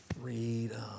freedom